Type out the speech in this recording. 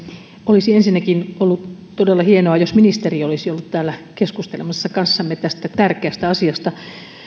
olisi ensinnäkin ollut todella hienoa jos ministeri olisi ollut täällä keskustelemassa kanssamme tästä tärkeästä asiasta